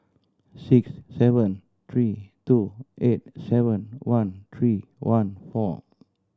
six seven three two eight seven one three one four